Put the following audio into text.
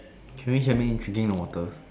can you hear me drinking the water